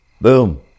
boom